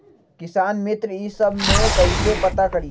किसान मित्र ई सब मे कईसे पता करी?